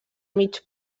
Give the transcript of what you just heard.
mig